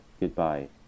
Goodbye